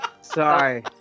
Sorry